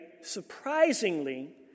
surprisingly